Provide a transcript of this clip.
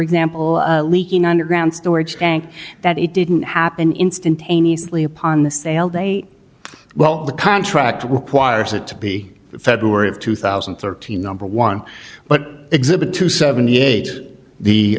example leaking underground storage tank that it didn't happen instantaneously upon the sale date well the contract requires it to be february of two thousand and thirteen number one but exhibit two seventy eight the